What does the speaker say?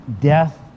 death